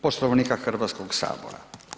Poslovnika Hrvatskoga sabora.